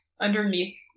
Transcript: underneath